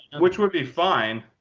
which would be fine.